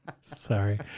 Sorry